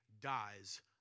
dies